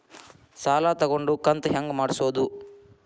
ಸಾಲ ತಗೊಂಡು ಕಂತ ಹೆಂಗ್ ಮಾಡ್ಸೋದು?